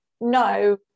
no